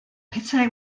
petai